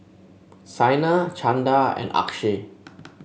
Saina Chanda and Akshay